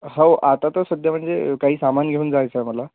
हाव आता तर सध्या म्हणजे काही सामान घेऊन जायचं आहे मला